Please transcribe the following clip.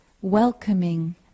welcoming